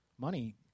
Money